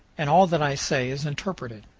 and all that i say is interpreted.